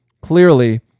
clearly